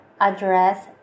address